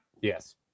Yes